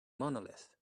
monolith